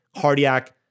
cardiac